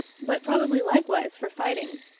but probably likewise for fighting.